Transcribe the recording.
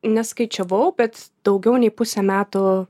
neskaičiavau bet daugiau nei pusę metų